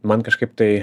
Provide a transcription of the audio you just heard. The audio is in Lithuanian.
man kažkaip tai